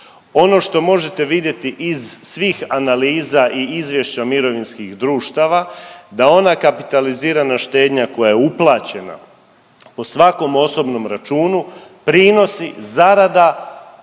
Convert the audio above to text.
Ono što možete vidjeti iz svih analiza i izvješća mirovinskih društava da ona kapitalizirana štednja koja je uplaćena po svakom osobnom računu, prinosi, zarada,